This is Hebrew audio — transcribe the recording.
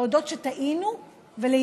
להודות שטעינו ולהתנצל.